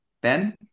Ben